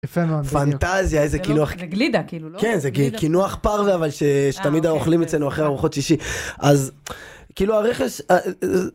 פנטזיה איזה קינוח... זה גלידה כאילו לא? כן, קינוח פרווה אבל שתמיד אוכלים אצלנו אחרי ארוחות שישי אז כאילו ה...